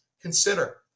Consider